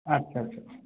আচ্ছা আচ্ছা